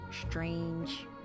strange